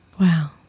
Wow